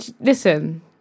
listen